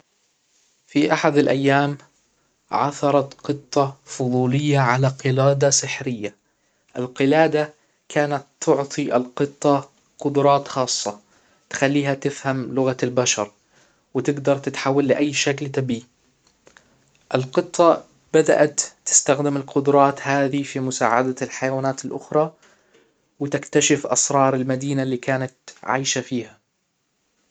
في احد الايام عثرت قطة فضولية على قلادة سحرية القلادة كانت تعطي القطة قدرات خاصة تخليها تفهم لغة البشر وتقدر تتحول لاي شكل تبيه القطة بدأت تستخدم هذي في مساعدة الحيوانات الاخرى وتكتشف اسرار المدينة اللي كانت عايشة فيها